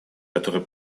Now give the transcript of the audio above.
который